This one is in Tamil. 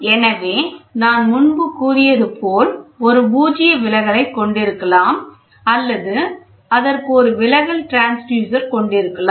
எனவே நான் முன்பு கூறியது போல் இது ஒரு பூஜ்ய விலகலைக் கொண்டிருக்கலாம் அல்லது அதற்கு ஒரு விலகல் டிரான்ஸ்யூசர் கொண்டிருக்கலாம்